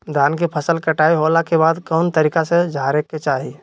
धान के फसल कटाई होला के बाद कौन तरीका से झारे के चाहि?